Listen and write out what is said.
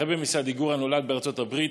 הרבי מסדיגורה נולד בארצות הברית,